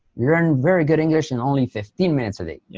learn very good english in only fifteen minutes a day. yeah